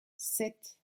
sept